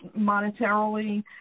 monetarily